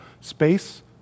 Space